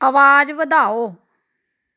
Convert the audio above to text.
ਆਵਾਜ਼ ਵਧਾਓ